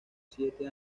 siete